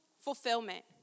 fulfillment